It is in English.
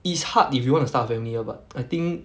it's hard if you want to start a family ah but I think